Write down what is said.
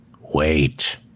Wait